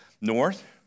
north